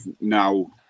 now